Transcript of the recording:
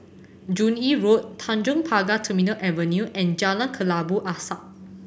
Joo Yee Road Tanjong Pagar Terminal Avenue and Jalan Kelabu Asap